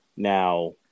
Now